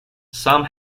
some